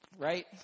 right